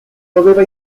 doveva